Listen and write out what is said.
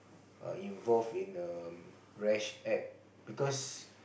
err involved in a rash act because